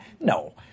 No